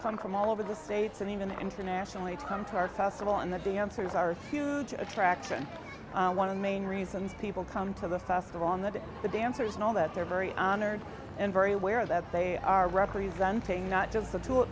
come from all over the states and even internationally to come to our festival and the dancers are huge attraction one of the main reasons people come to the festival on the day the dancers and all that they're very honored and very aware that they are representing not just the two